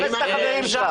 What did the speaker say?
חלאס, תחפש את החברים שלך.